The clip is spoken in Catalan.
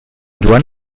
joan